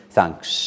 thanks